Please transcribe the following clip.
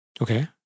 Okay